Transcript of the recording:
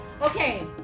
Okay